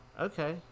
Okay